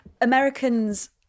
Americans